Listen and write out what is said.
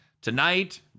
tonight